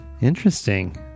Interesting